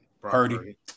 Purdy